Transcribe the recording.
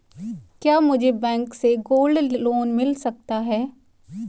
क्या मुझे बैंक से गोल्ड लोंन मिल सकता है?